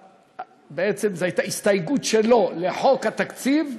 בעצם זו הייתה הסתייגות שלו לחוק התקציב,